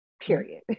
period